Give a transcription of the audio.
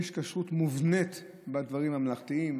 יש כשרות מובנית בדברים ממלכתיים,